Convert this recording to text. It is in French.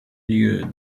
lieu